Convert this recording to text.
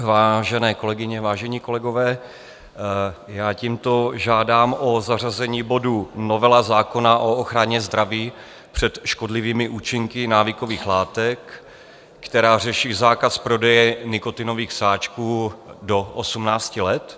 Vážené kolegyně, vážení kolegové, já tímto žádám o zařazení bodu novela zákona o ochraně zdraví před škodlivými účinky návykových látek, která řeší zákaz prodeje nikotinových sáčků do osmnácti let.